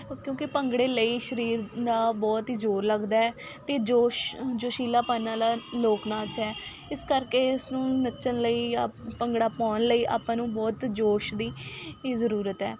ਕਿਉਂਕਿ ਭੰਗੜੇ ਲਈ ਸਰੀਰ ਦਾ ਬਹੁਤ ਹੀ ਜ਼ੋਰ ਲੱਗਦਾ ਹੈ ਅਤੇ ਜੋਸ਼ ਜੋਸ਼ੀਲਾਪਨ ਵਾਲਾ ਲੋਕ ਨਾਚ ਹੈ ਇਸ ਕਰਕੇ ਇਸਨੂੰ ਨੱਚਣ ਲਈ ਜਾਂ ਭੰਗੜਾ ਪਾਉਣ ਲਈ ਆਪਾਂ ਨੂੰ ਬਹੁਤ ਜ਼ੋਸ਼ ਦੀ ਜ਼ਰੂਰਤ ਹੈ